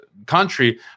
country